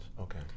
Okay